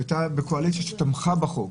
כשהייתה קואליציה שתמכה בחוק